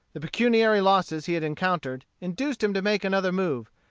the pecuniary losses he had encountered, induced him to make another move,